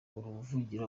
uruvugiro